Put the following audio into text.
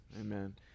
amen